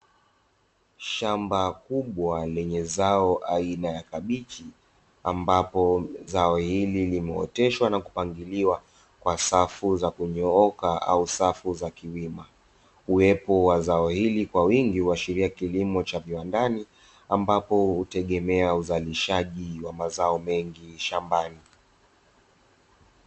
Shamba kubwa lenye zao aina ya kabichi ambapo zao hili limeoteshwa na kupangiliwa kwa safu za kunyooka au safu za kilima. Uwepo wa zao hili kwa wingi huashiria kilimo cha viwandani ambapo hutegemea uzalishaji wa mazao mengi shambani.